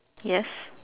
yes